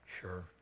sure